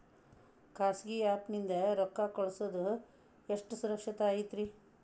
ಖಾಸಗಿ ಆ್ಯಪ್ ನಿಂದ ರೊಕ್ಕ ಕಳ್ಸೋದು ಎಷ್ಟ ಸುರಕ್ಷತಾ ಐತ್ರಿ?